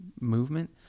movement